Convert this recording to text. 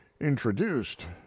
introduced